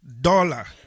dollar